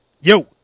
Yo